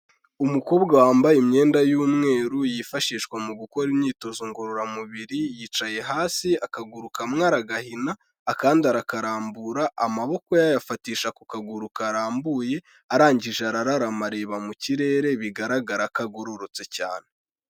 Umukobwa wambaye imyenda y'umweru yifashishwa mu gukora imyitozo ngororamubiri, yicaye hasi akagururu kamwe aragahina, akandi arakarambura, amaboko ye ayafatisha ku kaguru karambuye, arangije arararama areba mu kirere bigaragara ko agororotse cyane.